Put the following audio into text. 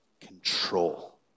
control